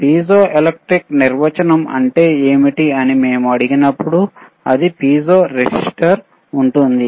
piezoelectric నిర్వచనం అంటే ఏమిటి అని మేము అడిగినప్పుడు పిజో రెసిస్టర్ చెప్తున్నారు